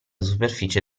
superficie